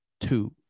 two